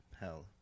hell